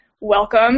welcome